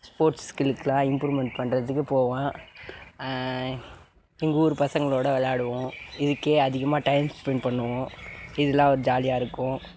sports ஸ்கில்லுக்குல்லாம் improvement பண்ணுறதுக்கு போவேன் எங்கள் ஊர் பசங்களோடு விளையாடுவோம் இதுக்கு அதிகமாக டைம் ஸ்பெண்ட் பண்ணுவோம் இதெலாம் ஜாலியாக இருக்கும்